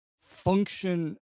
function